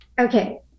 okay